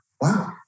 wow